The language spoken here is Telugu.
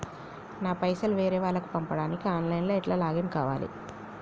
నా పైసల్ వేరే వాళ్లకి పంపడానికి ఆన్ లైన్ లా ఎట్ల లాగిన్ కావాలి?